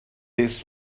this